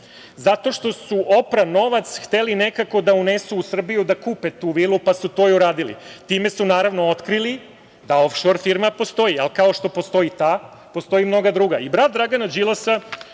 Zato što su opran novac hteli nekako da unesu u Srbiju da kupe tu vilu, pa su to i uradili. Time su naravno otkrili da ofšor firma postoji, ali kao što postoji ta, postoje i mnoge druge.